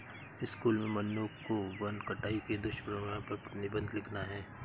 school में मन्नू को वन कटाई के दुष्परिणाम पर निबंध लिखना है